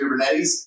Kubernetes